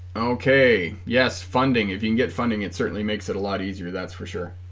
okay yes funding if you can get funding it certainly makes it a lot easier that's for sure